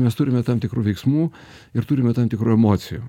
mes turime tam tikrų veiksmų ir turime tam tikrų emocijų